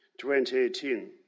2018